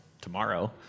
tomorrow